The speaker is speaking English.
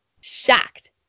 shocked